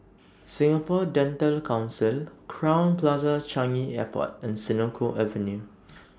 Singapore Dental Council Crowne Plaza Changi Airport and Senoko Avenue